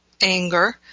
anger